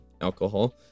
alcohol